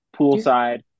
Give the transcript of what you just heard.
poolside